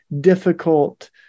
difficult